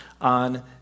on